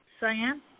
Cyan